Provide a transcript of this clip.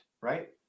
right